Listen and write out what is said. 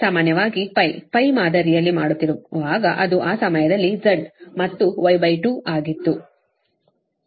ಸಾಮಾನ್ಯವಾಗಿ π π ಮಾದರಿಯಲ್ಲಿ ಮಾಡುತ್ತಿರುವಾಗ ಅದು ಆ ಸಮಯದಲ್ಲಿ Z ಮತ್ತು Y2ಆಗಿತ್ತು Y2